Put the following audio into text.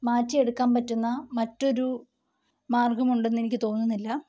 മാറ്റിയെടുക്കാന് പറ്റുന്ന മറ്റൊരു മാര്ഗ്ഗമുണ്ടെന്നു എനിക്ക് തോന്നുന്നില്ല